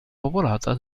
popolata